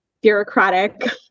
bureaucratic